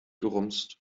gerumst